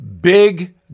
big